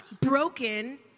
Broken